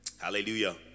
hallelujah